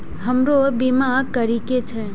हमरो बीमा करीके छः?